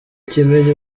kimenyi